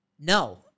no